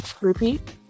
Repeat